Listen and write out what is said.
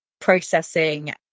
processing